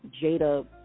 Jada